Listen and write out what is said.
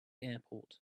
airport